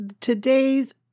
today's